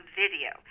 video